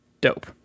dope